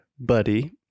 Buddy